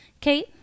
Kate